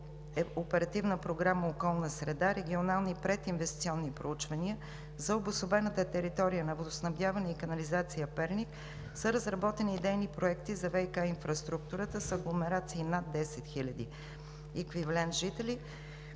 Оперативна програма „Околна среда“ регионални прединвестиционни проучвания за обособената територия на „Водоснабдяване и канализация“ – Перник, са разработени идейни проекти за ВиК инфраструктурата с агломерации над 10 хиляди еквивалент жители,